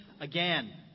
again